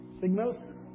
signals